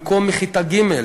במקום מכיתה ג'.